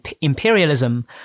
imperialism